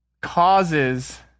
causes